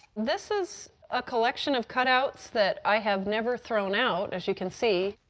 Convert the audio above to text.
this is a collection of cutouts that i have never thrown out, as you can see,